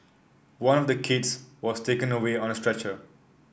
one of the kids was taken away on a stretcher